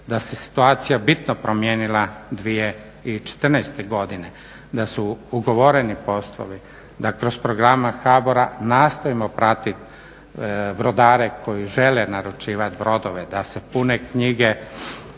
Da se situacija bitno promijenila 2014. godine, da su ugovoreni poslovi, da kroz programe HABOR-a nastojimo pratiti brodare koji žele naručivati brodove, da se pune knjige